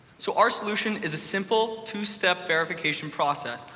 so our solution is a simple, two-step verification process,